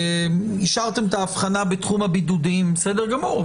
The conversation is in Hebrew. השארתם את ההבחנה בתחום הבידודים וזה בסדר גמור,